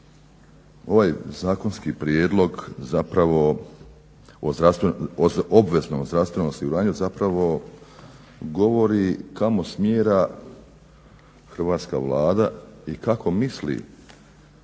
ovaj zakonski prijedlog zapravo o obveznom zdravstvenom osiguranju zapravo govori kamo smjera hrvatska Vlada i kako misli riješiti